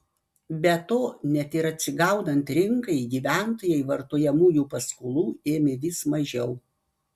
be to net ir atsigaunant rinkai gyventojai vartojamųjų paskolų ėmė vis mažiau